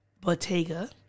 Bottega